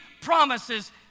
promises